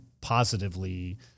positively